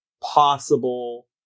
possible